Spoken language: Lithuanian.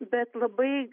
bet labai